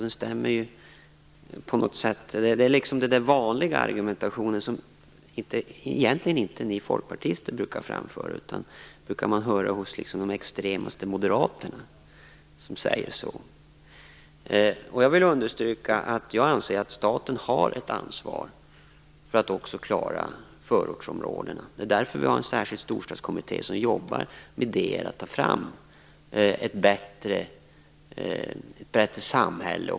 Det är den vanliga argumentationen, som egentligen inte ni folkpartister brukar framföra. Den brukar man höra hos de extremaste moderaterna. Jag vill understryka att jag anser att staten har ett ansvar för att också klara förortsområdena. Det är därför vi har en särskilt storstadskommitté som jobbar med idéer om hur man skall ta fram ett bättre samhälle.